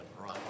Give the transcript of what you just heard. right